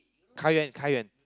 Kai-Yuan Kai-Yuan